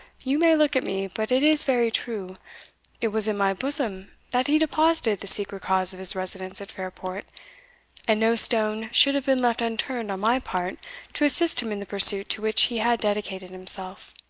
you may look at me but it is very true it was in my bosom that he deposited the secret cause of his residence at fairport and no stone should have been left unturned on my part to assist him in the pursuit to which he had dedicated himself.